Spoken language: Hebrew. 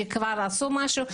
שכבר עשו משהו.